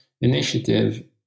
initiative